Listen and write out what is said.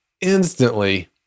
instantly